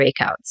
breakouts